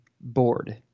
bored